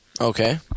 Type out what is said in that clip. Okay